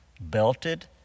Belted